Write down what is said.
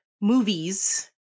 movies